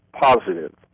positive